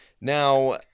Now